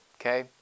Okay